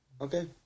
Okay